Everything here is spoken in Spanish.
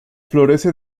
florece